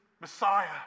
Messiah